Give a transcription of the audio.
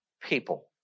people